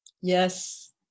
Yes